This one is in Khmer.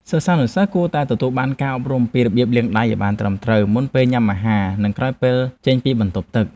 សិស្សានុសិស្សគួរតែទទួលបានការអប់រំអំពីរបៀបលាងដៃឱ្យបានត្រឹមត្រូវមុនពេលញ៉ាំអាហារ និងក្រោយពេលចេញពីបន្ទប់ទឹក។